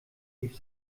rief